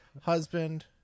husband